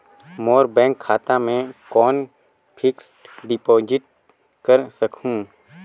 मोर bank खाता मे कौन फिक्स्ड डिपॉजिट कर सकहुं?